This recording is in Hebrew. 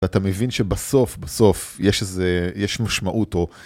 אתה מבין שבסוף, בסוף יש איזה, יש משמעות או...